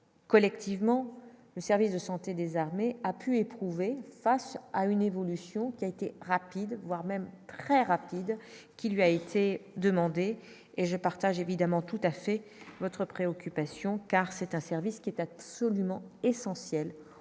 que collectivement, le service de santé des armées a pu éprouver face à une évolution qui a été rapide, voire même très rapide qui lui a été demandé, et je partage évidemment tout à fait votre préoccupation car c'est un service qui est atteint, Suliman essentiel